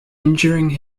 injuring